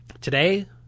today